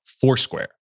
Foursquare